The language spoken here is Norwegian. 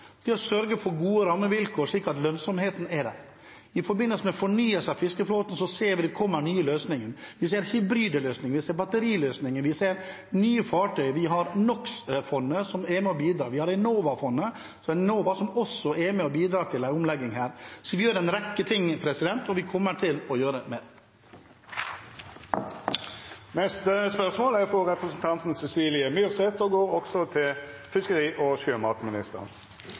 å sørge for gode rammevilkår, slik at lønnsomheten er der. I forbindelse med fornyelse av fiskeflåten ser vi at det kommer nye løsninger. Vi ser hybride løsninger, vi ser batteriløsninger, vi ser nye fartøy, vi har NO X -fondet som er med og bidrar, og vi har Enova-fondet som også er med og bidrar til en omlegging. Vi gjør en rekke ting, og vi kommer til å gjøre